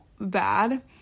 bad